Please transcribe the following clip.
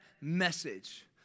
message